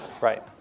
Right